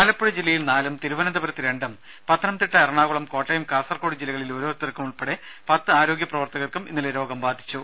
ആലപ്പുഴ ജില്ലയിൽ നാലും തിരുവനന്തപുരത്ത് രണ്ടും പത്തനംതിട്ട എറണാകുളം കോട്ടയം കാസർകോട് ജില്ലകളിൽ ഓരോരുത്തർക്കും ഉൾപ്പെടെ പത്ത് ആരോഗ്യ പ്രവർത്തകർക്കും ഇന്നലെ രോഗം ബാധിച്ചു